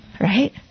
Right